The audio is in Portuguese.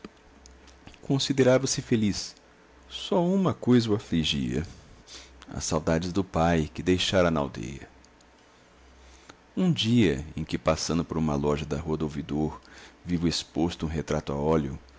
econômica considerava-se feliz só uma coisa o afligia as saudades do pai que deixara na aldeia um dia em que passando por uma loja da rua do ouvidor viu exposto um retrato a óleo